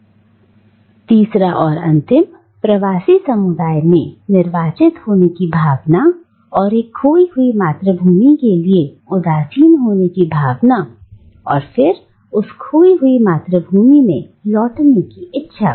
और तीसरा और अंतिम प्रवासी समुदाय में निर्वाचित होने की भावना और एक खोई हुई मातृभूमि के लिए उदासीन होने की भावना और फिर उस खोई हुई मातृभूमि में लौटने की इच्छा